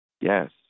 Yes